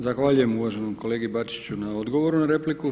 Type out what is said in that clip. Zahvaljujem uvaženom kolegi Bačiću na odgovoru na repliku.